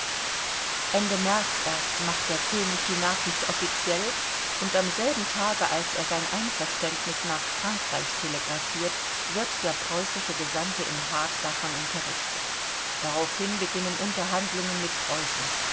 ende märz erst macht der könig die nachricht offiziell und am selben tage als er sein einverständnis nach frankreich telegraphiert wird der preußische gesandte im haag davon unterrichtet daraufhin beginnen unterhandlungen mit preußen